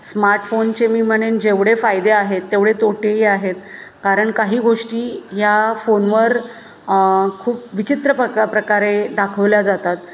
स्मार्टफोनचे मी म्हणेन जेवढे फायदे आहेत तेवढे तोटेही आहेत कारण काही गोष्टी या फोन वर खूप विचित्र पक प्रकारे दाखवल्या जातात